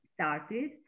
started